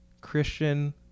Christian